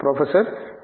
professor V